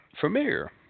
familiar